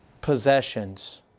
possessions